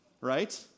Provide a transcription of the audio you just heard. right